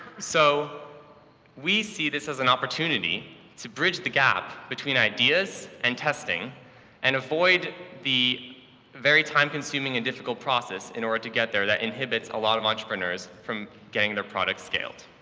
so we see this as an opportunity to bridge the gap between ideas and testing and avoid the very time-consuming and difficult process in order to get there that inhibits a lot of entrepreneurs from getting their products scaled.